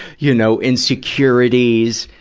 you know, insecurities,